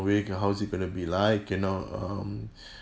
how's it going to be like you know um